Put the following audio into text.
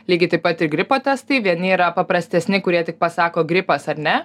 lygiai taip pat ir gripo testai vieni yra paprastesni kurie tik pasako gripas ar ne